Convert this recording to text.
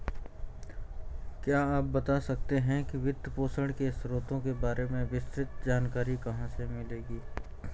क्या आप बता सकते है कि वित्तपोषण के स्रोतों के बारे में विस्तृत जानकारी कहाँ से मिलेगी?